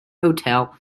hotel